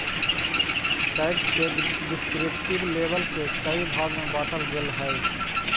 tax के descriptive label के कई भाग में बांटल गेल हई